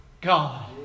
God